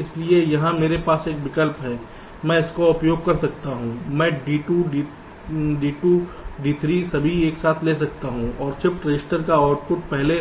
इसलिए यहां मेरे पास एक विकल्प है मैं इसका उपयोग कर सकता हूं मैं D 2 D 2 D3 सभी एक साथ ले सकता हूं और शिफ्ट रजिस्टर का आउटपुट पहले